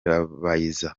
kabayiza